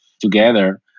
together